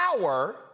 power